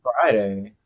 Friday